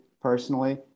personally